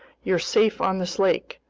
you're safe on this lake,